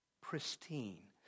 pristine